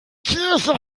kirche